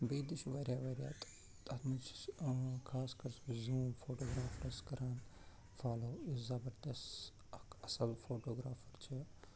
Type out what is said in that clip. بیٚیہِ تہِ چھِ واریاہ واریاہ تہٕ تَتھ منٛز چھِ خاص کر چھُس بہٕ زوٗم فوٹوٗگرافرَس کران فالَو یُس زبردس اَکھ اَصٕل فوٹوٗگرافَر چھِ